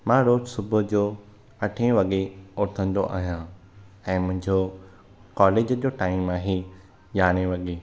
मां रोज़ु सुबुहु जो अठे वॻे उथंदो आहियां ऐं मुंहिंजो कॉलेज जो टाइम आहे यारहां वॻे